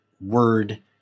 word